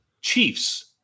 Chiefs